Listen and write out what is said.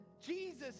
Jesus